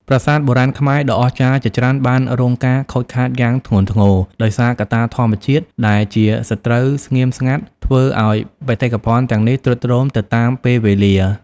ប្រាសាទបុរាណខ្មែរដ៏អស្ចារ្យជាច្រើនបានរងការខូចខាតយ៉ាងធ្ងន់ធ្ងរ ដោយសារកត្តាធម្មជាតិ ដែលជាសត្រូវស្ងៀមស្ងាត់ធ្វើឲ្យបេតិកភណ្ឌទាំងនេះទ្រុឌទ្រោមទៅតាមពេលវេលា។